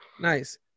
nice